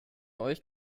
euch